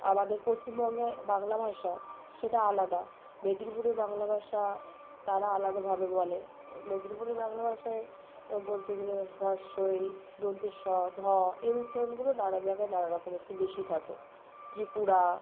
আমাদের পশ্চিমবঙ্গে বাংলা ভাষা সেটা আলাদা মেদিনীপুরের বাংলা ভাষা তারা আলাদা ভাবে বলে মেদিনীপুরের বাংলা ভাষায় বলতে গেলে হ্রস্ব ই দন্ত্য স ধ এর উচ্চারণগুলো নানা জায়গায় নানা রকম একটু বেশি থাকে ত্রিপুরা